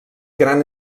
gran